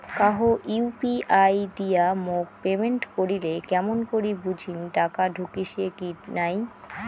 কাহো ইউ.পি.আই দিয়া মোক পেমেন্ট করিলে কেমন করি বুঝিম টাকা ঢুকিসে কি নাই?